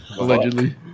Allegedly